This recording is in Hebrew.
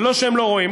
זה לא שהם לא רואים,